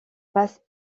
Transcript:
passe